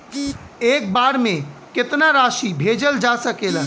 एक बार में केतना राशि भेजल जा सकेला?